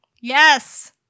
Yes